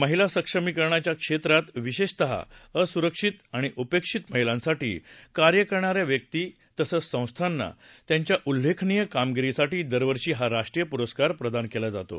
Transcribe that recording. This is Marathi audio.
महिला सक्षमीकरणाच्या क्षेत्रात विशेषतः असुरक्षित आणि उपेक्षित महिलांसाठी कार्य करणाऱ्या व्यक्तीं तसंच संस्थांना त्यांच्या उल्लेखनीय कामगिरीसाठी दरवर्षी हा राष्ट्रीय पुरस्कार प्रदान केला जातो